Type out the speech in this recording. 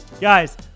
Guys